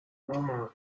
مامان